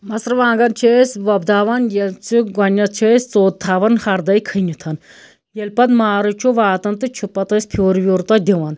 مَژرٕوانٛگن چھِ أسۍ وۄپداوان ییٚلہِ ژٕ گۄڈنٮ۪تھ چھِ أسۍ سوٚت تھاوان ہردَے کھٔنِتھ ییٚلہِ پَتہٕ مارچ چھُ واتان تہٕ چھُ پَتہٕ أسۍ پھیُر ویُر تتھ دِوان